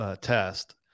test